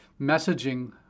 messaging